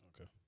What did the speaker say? Okay